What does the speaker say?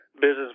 business